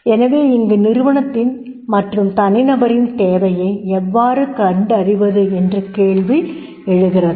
எனவே இங்கு நிறுவனத்தின் மற்றும் தனிநபரின் தேவையை எவ்வாறு கண்டறிவது என்ற கேள்வி எழுகிறது